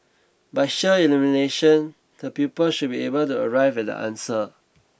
by sheer elimination the pupils should be able to arrive at the answer